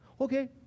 Okay